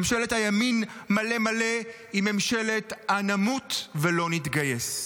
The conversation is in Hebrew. ממשלת הימין מלא מלא היא ממשלת ה"נמות ולא נתגייס".